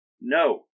No